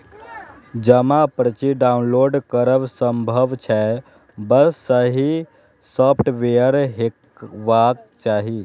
जमा पर्ची डॉउनलोड करब संभव छै, बस सही सॉफ्टवेयर हेबाक चाही